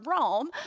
Rome